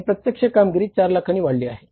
आणि प्रत्यक्ष कामगिरी 4 लाखांने वाढली आहे